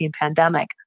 pandemic